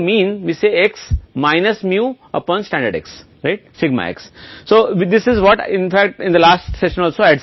यह z मान हमें निर्धारित करने में मदद करता है तब हम पता लगाएंगे शून्य परिकल्पना को स्वीकार या अस्वीकार किया जाना चाहिए